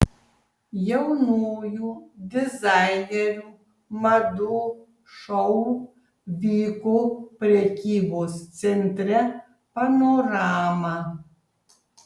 jaunųjų dizainerių madų šou vyko prekybos centre panorama